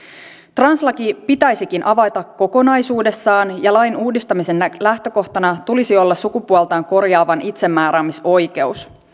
translaki pitäisikin avata kokonaisuudessaan ja lain uudistamisen lähtökohtana tulisi olla sukupuoltaan korjaavan itsemääräämisoikeus